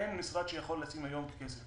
אין משרד שיכול לשים היום את הכסף.